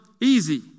easy